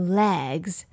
legs